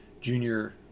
Junior